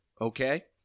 okay